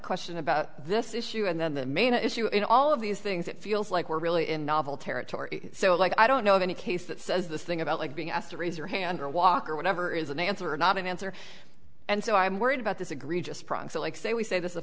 question about this issue and then the main issue in all of these things it feels like we're really in novel territory so like i don't know of any case that says the thing about like being asked to raise your hand or a walk or whatever is an answer not an answer and so i'm worried about this egregious process like say we say this is